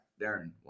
Darren